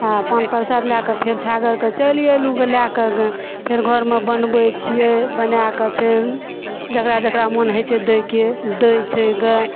आओर पान प्रसाद लए कऽ फेर छागरके चलि अयलहुँ लए कऽ फेर घरमे बनबय छियै बनाकऽ फेर जकरा जकरा मोन होइ छै दै के दै छै गऽ